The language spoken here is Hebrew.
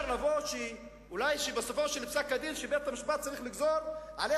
אולי בסופו של פסק-הדין בית-המשפט צריך לגזור עליה